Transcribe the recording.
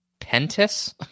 pentis